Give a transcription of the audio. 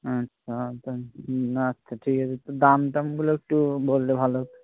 আচ্ছা হুম আচ্ছা ঠিক আছে তো দাম টামগুলো একটু বললে ভালো হতো